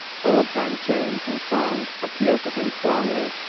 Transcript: old-time tunes and songs appeal to him strongly.